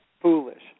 foolish